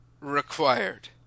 required